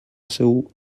seu